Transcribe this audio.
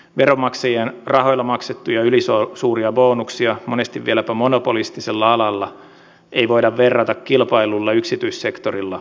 veronmaksajien rahoilla maksettuja ylisuuria bonuksia monesti vieläpä monopolistisella alalla ei voida verrata kilpaillulla yksityissektorilla maksettuihin korvauksiin